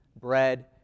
bread